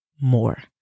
more